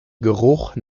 geruch